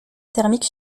thermique